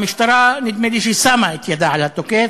המשטרה, נדמה לי, שמה את ידה על התוקף,